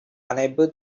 unable